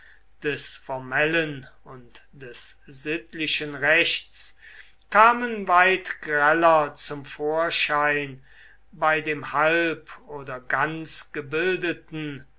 des formellen und des sittlichen rechts kamen weit greller zum vorschein bei dem halb oder ganz gebildeten